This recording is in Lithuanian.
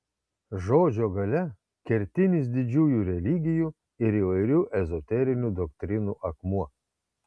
žodžio galia kertinis didžiųjų religijų ir įvairių ezoterinių doktrinų akmuo